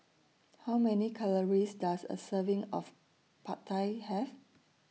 How Many Calories Does A Serving of Pad Thai Have